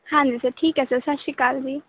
ਹਾਂਜੀ ਸਰ ਠੀਕ ਹੈ ਸਰ ਸਤਿ ਸ਼੍ਰੀ ਅਕਾਲ ਜੀ